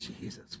Jesus